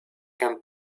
can